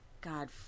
god